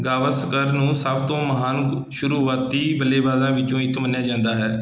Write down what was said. ਗਾਵਸਕਰ ਨੂੰ ਸਭ ਤੋਂ ਮਹਾਨ ਸ਼ੁਰੂਵਾਤੀ ਬੱਲੇਬਾਜ਼ਾਂ ਵਿੱਚੋਂ ਇੱਕ ਮੰਨਿਆ ਜਾਂਦਾ ਹੈ